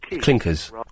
Clinkers